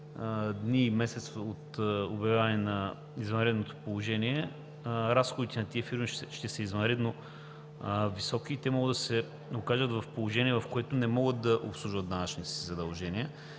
дни и месец от обявяване на извънредното положение разходите на тези фирми ще са извънредно високи. Те ще могат да се окажат в положение, в което да не могат да обслужват данъчните си задължения.